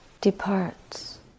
departs